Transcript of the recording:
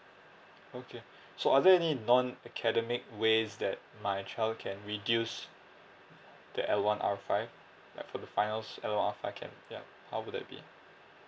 okay so are there any non academic ways that my child can reduce the L one R five yup for the finals L one R five okay yup how would that be